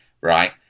right